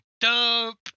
dope